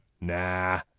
nah